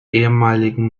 ehemaligen